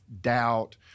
doubt